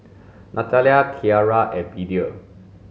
Natalia Kyara and Media